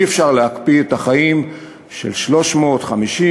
אי-אפשר להקפיא את החיים של 350,000